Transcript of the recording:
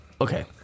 Okay